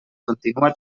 continua